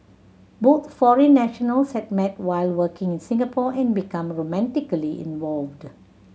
both foreign nationals had met while working in Singapore and become romantically involved